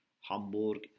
Hamburg